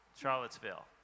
Charlottesville